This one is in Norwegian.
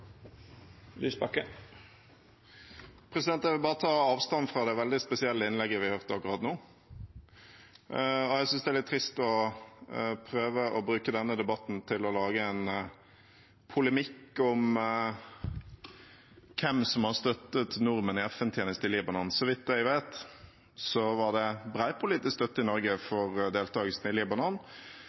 Jeg vil bare ta avstand fra det veldig spesielle innlegget vi hørte akkurat nå. Jeg synes det er litt trist å prøve å bruke denne debatten til å lage en polemikk om hvem som har støttet nordmenn i FN-tjeneste i Libanon. Så vidt jeg vet, var det bred politisk støtte i Norge for deltakelsen i